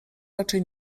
raczej